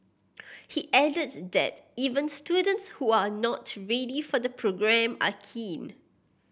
he added that even students who are not ready for the programme are keen